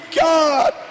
God